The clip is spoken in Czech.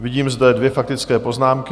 Vidím zde dvě faktické poznámky.